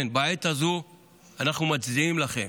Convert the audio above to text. כן, בעת הזו אנחנו מצדיעים לכם.